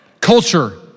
Culture